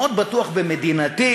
מאוד בטוח במדינתי.